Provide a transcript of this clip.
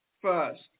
first